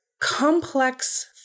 complex